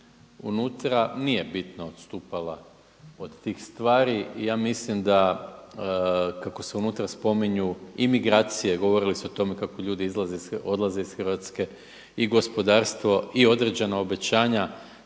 unutra nije bitno odstupala od tih stvari i ja mislim da kako se unutra spominju imigracije, govorili su o tome kako ljudi odlaze iz Hrvatske i gospodarstvo i određena obećanja,